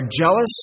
jealous